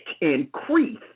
increase